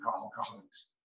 alcoholics